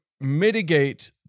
mitigate